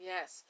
Yes